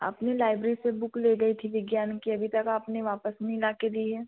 आपने लाइब्रेरी से बुक ले गई थी विज्ञान की अभी तक आपने वापस नहीं लाके दी है